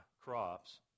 crops